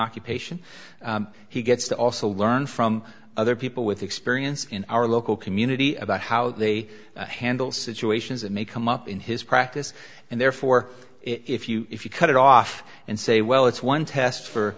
occupation he gets to also learn from other people with experience in our local community about how they handle situations that may come up in his practice and therefore if you if you cut it off and say well it's one test for